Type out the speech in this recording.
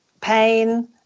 pain